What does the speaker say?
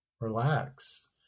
relax